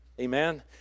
amen